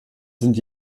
sind